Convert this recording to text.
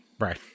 Right